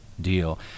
deal